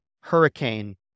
hurricane